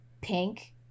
pink